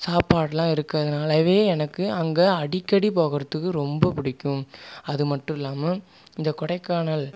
சாப்பாடுலாம் இருக்கிறதுனாலவே எனக்கு அங்க அடிக்கடி போகிறதுக்கு ரொம்ப பிடிக்கும் அது மட்டும் இல்லாமல் இந்த கொடைக்கானல்